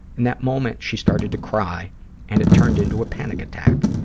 in that moment, she started to cry and it turned into a panic attack.